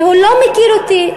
והוא לא מכיר אותי,